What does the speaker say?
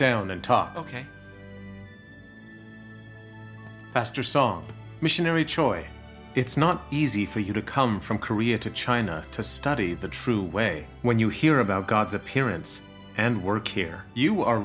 down and talk ok pastor song missionary choi it's not easy for you to come from korea to china to study the true way when you hear about god's appearance and work here you are